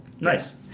nice